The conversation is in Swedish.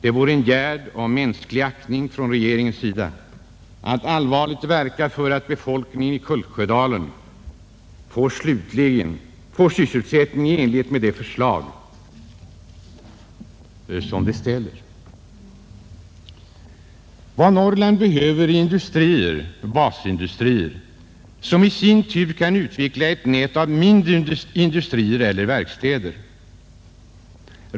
Det vore en gärd av mänsklig aktning från regeringens sida att allvarligt verka för att befolkningen i Kultsjödalen får sysselsättning i enlighet med de förslag som framlagts. Vad Norrland behöver är industrier — basindustrier som i sin tur kan utveckla ett nät av mindre industrier eller verkstäder.